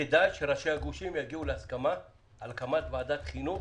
כדאי שראשי הגושים יגיעו להסכמה על הקמת ועדת חינוך